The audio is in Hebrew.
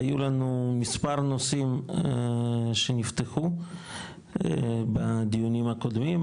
היו לנו מספר נושאים שנפתחו בדיונים הקודמים,